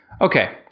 Okay